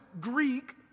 Greek